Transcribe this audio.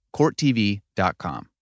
CourtTV.com